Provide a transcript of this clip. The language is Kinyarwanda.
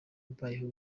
mbayeho